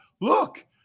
Look